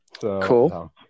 cool